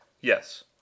yes